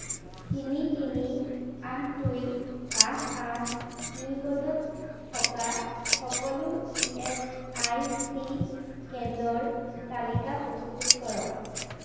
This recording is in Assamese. তিনি তিনি আঠ দুই পাঁচ আঠ পিন ক'ডত থকা সকলো ই এছ আই চি কেন্দ্ৰৰ তালিকা প্ৰস্তুত কৰক